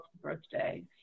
birthday